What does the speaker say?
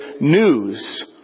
news